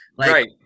right